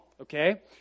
Okay